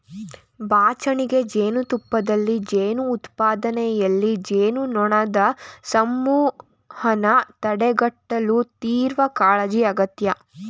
ಬಾಚಣಿಗೆ ಜೇನುತುಪ್ಪದಲ್ಲಿ ಜೇನು ಉತ್ಪಾದನೆಯಲ್ಲಿ, ಜೇನುನೊಣದ್ ಸಮೂಹನ ತಡೆಗಟ್ಟಲು ತೀವ್ರಕಾಳಜಿ ಅಗತ್ಯ